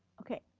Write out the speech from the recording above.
okay,